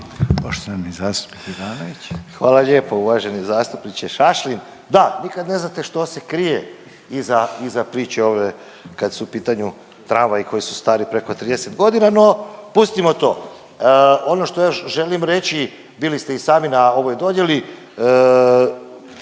Hvala lijepo uvaženi zastupniče Šašlin. Da, nikad ne znate što se krije iza priče ove kad su u pitanju tramvaji koji su stari preko 30 godina, no pustimo to. Ono što još želim reći bili ste i sami na ovoj dodjeli